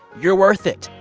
you're worth it.